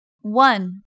One